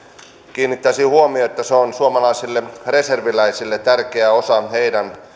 kiinnittäisin huomiota että se on suomalaisille reserviläisille tärkeä osa heidän